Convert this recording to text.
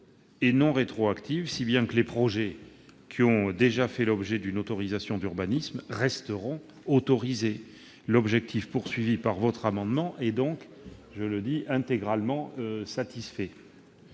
et non rétroactive, si bien que les projets qui ont déjà fait l'objet d'une autorisation d'urbanisme resteront autorisés. L'objectif visé par votre amendement est donc intégralement satisfait.